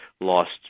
lost